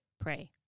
pray